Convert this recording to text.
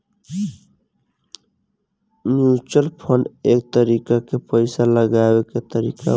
mutual fund एक तरीका के पइसा लगावे के तरीका बा